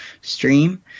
stream